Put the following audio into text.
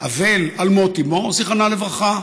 אבל על מות אימו, זיכרונה לברכה,